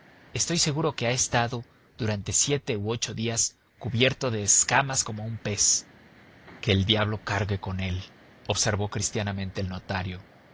estoy seguro que ha estado durante siete u ocho días cubierto de escamas como un pez que el diablo cargue con él observó cristianamente el notario